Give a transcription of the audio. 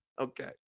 Okay